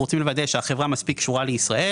אנחנו רוצים לוודא שהחברה מספיק קשורה לישראל.